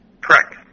Correct